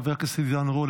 חבר הכנסת עידן רול,